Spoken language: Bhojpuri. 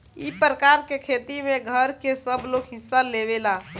ई प्रकार के खेती में घर के सबलोग हिस्सा लेवेला